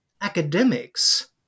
academics